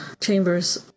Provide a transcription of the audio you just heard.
chambers